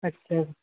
আচ্ছা